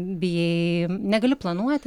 bijai negali planuoti